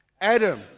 Adam